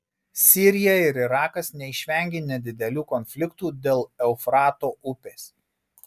sirija ir irakas neišvengė nedidelių konfliktų dėl eufrato upės